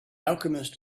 alchemist